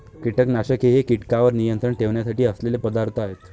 कीटकनाशके हे कीटकांवर नियंत्रण ठेवण्यासाठी असलेले पदार्थ आहेत